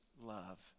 love